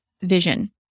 vision